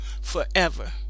forever